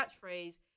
catchphrase